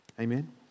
Amen